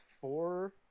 four